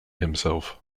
himself